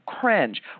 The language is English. cringe